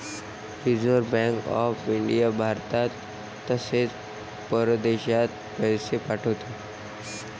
reserve Bank of India भारतात तसेच परदेशात पैसे पाठवते